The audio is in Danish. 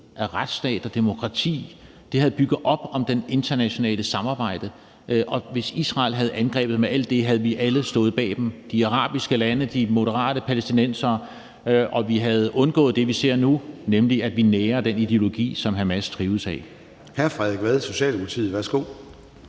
af retsstat og demokrati, og det har bygget op om det internationale samarbejde. Hvis Israel havde angrebet med alt det, havde vi alle stået bag dem – de arabiske lande og de moderate palæstinensere. Og vi havde undgået det, vi ser nu, nemlig at vi nærer den ideologi, som Hamas drives af.